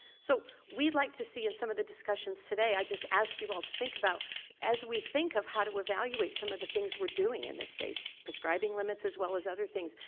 so we'd like to see in some of the discussions today, i just ask you all to think about as we think of how to evaluate some of the things we're doing in this space, prescribing limits as well as other things,